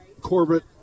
Corbett